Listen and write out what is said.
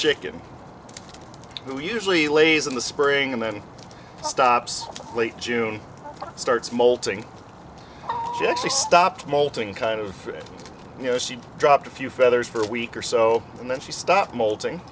chicken who usually lays in the spring and then stops late june starts molting she actually stopped molting kind of you know she'd dropped a few feathers for a week or so and then she stopped molting